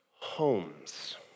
homes